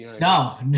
No